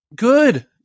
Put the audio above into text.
Good